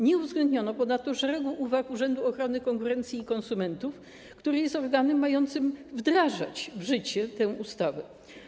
Nie uwzględniono ponadto szeregu uwag Urzędu Ochrony Konkurencji i Konsumentów, który jest organem mającym wdrażać w życie tę ustawę.